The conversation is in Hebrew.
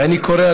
ואני קורא,